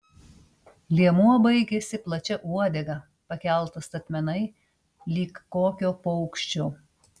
liemuo baigėsi plačia uodega pakelta statmenai lyg kokio paukščio